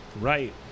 Right